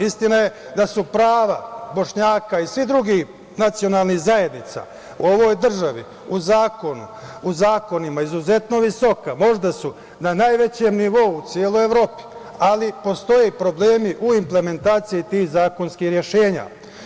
Istina je da su prava Bošnjaka i svih drugih nacionalnih zajednica u ovoj državi, u zakonu, u zakonima, izuzetno visoka, možda su na najvećem nivou u celoj Evropi, ali postoje problemi u implementaciji tih zakonskih rešenja.